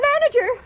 Manager